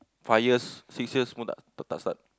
five years six years semua tak tak start